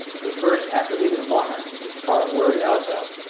the first after leaving the monarch is caraguairazo.